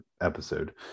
episode